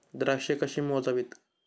द्राक्षे कशी मोजावीत?